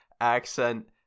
accent